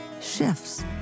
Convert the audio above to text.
shifts